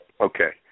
Okay